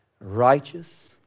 righteous